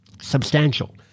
substantial